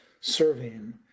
serving